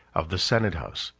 of the senate-house,